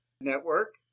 network